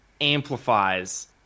amplifies